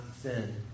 sin